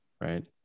right